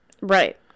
Right